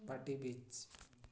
party beach